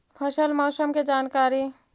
फसल मौसम के जानकारी?